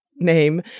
Name